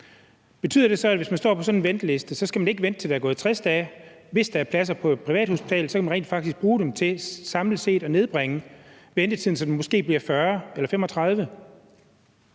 betyder det så, at hvis man står på sådan en venteliste, skal man ikke vente, til der er gået 60 dage, og at de pladser, der er på et privathospital, rent faktisk kan bruges til samlet set at nedbringe ventetiden, så den måske bliver 40 eller 35